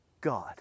God